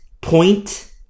point